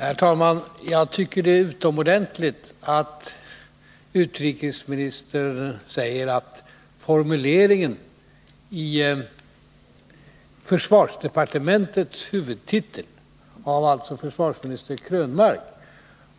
Herr talman! Jag tycker att det är utomordentligt att utrikesministern säger att försvarsminister Krönmarks formulering i försvarsdepartementets huvudtitel